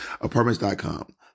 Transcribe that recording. Apartments.com